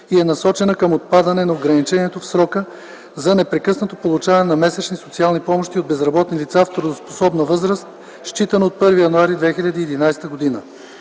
и е насочена към отпадане на ограничението в срока за непрекъснато получаване на месечни социални помощи от безработни лица в трудоспособна възраст, считано от 1 януари 2011 г.